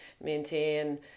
maintain